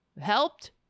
helped